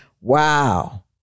wow